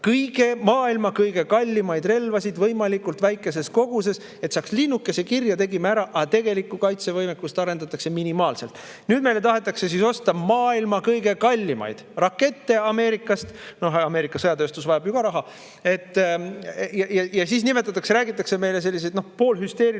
osta maailma kõige kallimaid relvasid võimalikult väikeses koguses, et saaks linnukese kirja. Tegime ära, aga tegelikku kaitsevõimekust arendatakse minimaalselt. Nüüd meile tahetakse osta maailma kõige kallimaid rakette Ameerikast. Noh, Ameerika sõjatööstus vajab ju ka raha. Siis räägitakse meile selliseid poolhüsteerilises